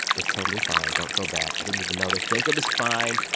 it's totally fine. don't feel bad. i didn't even notice. jacob is fine.